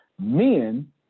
Men